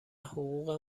حقوق